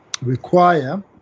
require